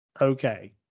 okay